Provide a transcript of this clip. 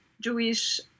Jewish